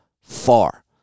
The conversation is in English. far